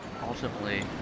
ultimately